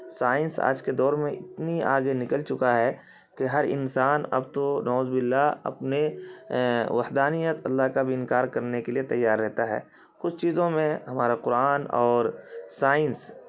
science آج کے دور میں اتنی آگے نکل چکا ہے کہ ہر انسان اب تو نعوذ بااللہ اپنے وحدانیت اللہ کا بھی انکار کرنے کے لیے تیار رہتا ہے کچھ چیزوں میں ہمارا قرآن اور سائنس